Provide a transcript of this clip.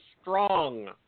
strong